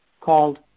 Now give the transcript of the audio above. called